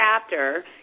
chapter